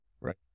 right